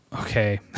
Okay